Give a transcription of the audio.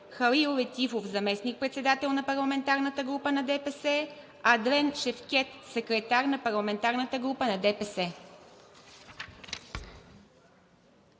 Халил Летифов – заместник-председател на парламентарната група на ДПС, Адлен Шевкед – секретар на парламентарната група на ДПС.